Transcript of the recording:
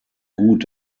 gut